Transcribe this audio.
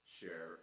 share